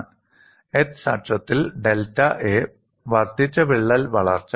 X അക്ഷത്തിൽ delta a വർദ്ധിച്ച വിള്ളൽ വളർച്ച